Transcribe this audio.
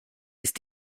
ist